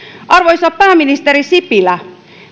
arvoisa pääministeri sipilä